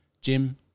Jim